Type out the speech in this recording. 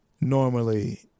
normally